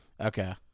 Okay